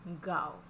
Go